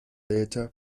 later